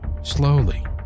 Slowly